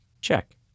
Check